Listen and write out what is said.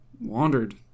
wandered